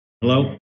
hello